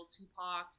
Tupac